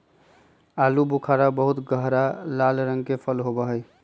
आलू बुखारा बहुत गहरा लाल रंग के फल होबा हई